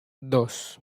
dos